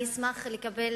אני אשמח לקבל,